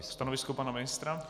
Stanovisko pana ministra.